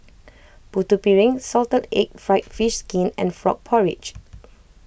Putu Piring Salted Egg Fried Fish Skin and Frog Porridge